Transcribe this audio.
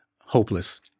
hopeless